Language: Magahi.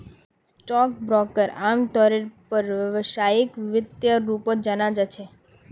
स्टाक ब्रोकरक आमतौरेर पर व्यवसायिक व्यक्तिर रूपत जाना जा छे